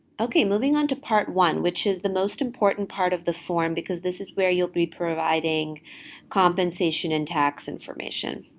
okay, moving on to part one, which is the most important part of the form because this is where you'll be providing compensation and tax information.